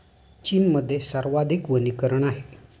चीनमध्ये सर्वाधिक वनीकरण आहे